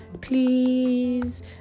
Please